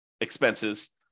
expenses